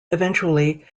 eventually